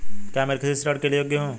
क्या मैं कृषि ऋण के योग्य हूँ?